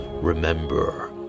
remember